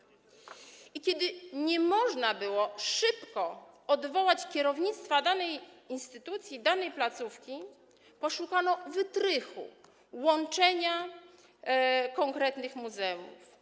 I kiedy nie można było szybko odwołać kierownictwa danej instytucji, danej placówki, poszukano wytrychu, tj. łączenia konkretnych muzeów.